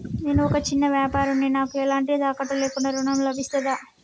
నేను ఒక చిన్న వ్యాపారిని నాకు ఎలాంటి తాకట్టు లేకుండా ఋణం లభిస్తదా?